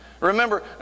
Remember